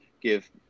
give